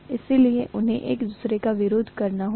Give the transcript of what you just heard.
इसलिए उन्हें एक दूसरे का विरोध करना होगा